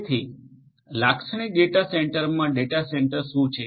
તેથી લાક્ષણિક ડેટા સેન્ટરમાં ડેટા સેન્ટર શું છે